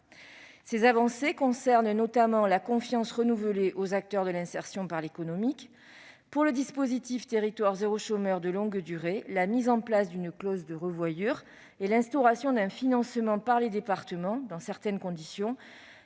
Ces avancées concernent notamment la confiance renouvelée aux acteurs de l'insertion par l'activité économique au sein du dispositif « territoires zéro chômeur de longue durée », la mise en place d'une clause de revoyure et l'instauration d'un financement par les départements sous certaines conditions,